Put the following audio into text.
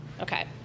Okay